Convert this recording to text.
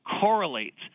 correlates